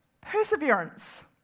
Perseverance